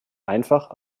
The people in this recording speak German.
einfach